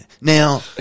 Now